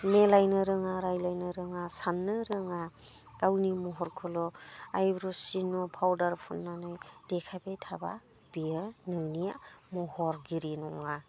मिलायनो रोङा रायज्लायनो रोङा साननो रोङा गावनि महरखौल' आइब्रु सिन' पाउडार फुननानै देखाइबाय थाब्ला बियो नोंनि महरगिरि नङा